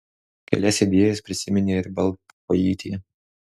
kelias idėjas prisiminė ir baltkojytė